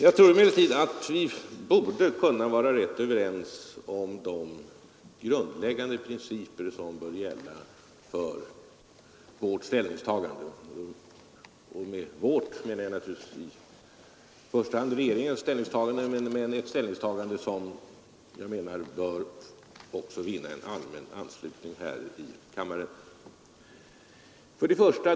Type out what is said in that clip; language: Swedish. Jag tror emellertid att vi borde kunna vara rätt överens om de grundläggande principer som bör gälla för vårt ställningstagande. Med ”vårt” menar jag i första hand regeringens ställningstagande, men det bör också kunna vinna en allmän anslutning här i kammaren.